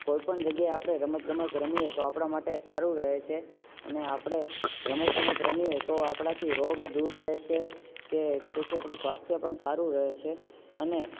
કોઈપણ જગ્યા એ આપણે રમત ગમત રમીએ તો આપણા માટે સારું રહે છે અને આપણે રમત ગમત રમીએ તો આપણાથી રોગ દૂર રહે છે તે તેથી આપણું સ્વાસ્થ્ય પણ સારું રહે છે અને